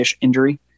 injury